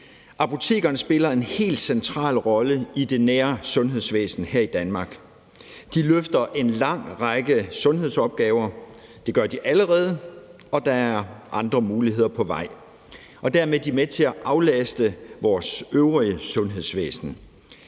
Apotekerne spiller en helt central rolle i det nære sundhedsvæsen her i Danmark. De løfter en lang række sundhedsopgaver. Det gør de allerede, og der er andre muligheder på vej. Dermed er de med til at aflaste vores øvrige sundhedsvæsen.